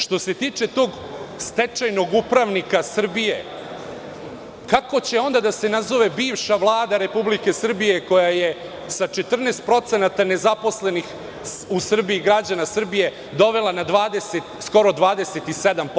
Što se tiče tog stečajnog upravnika Srbije, kako će onda da se nazove bivša Vlada Republike Srbije koja je sa 14% nezaposlenih u Srbiji, građana Srbije, dovela na skoro 27%